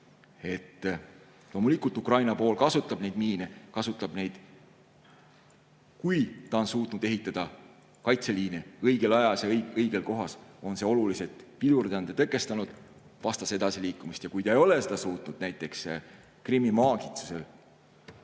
Loomulikult, Ukraina pool kasutab neid miine. Kui ta on suutnud ehitada kaitseliini õigel ajal ja õiges kohas, siis on see oluliselt pidurdanud ja tõkestanud vastase edasiliikumist. Aga kui ta ei ole seda suutnud, näiteks Krimmi maakitsusel